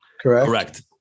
Correct